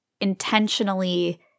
intentionally